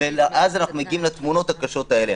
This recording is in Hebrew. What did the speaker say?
ואז אנחנו מגיעים לתמונות הקשות האלה.